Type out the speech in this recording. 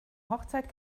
hochzeit